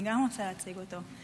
גם אני רוצה להציג אותו.